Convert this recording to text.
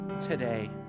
today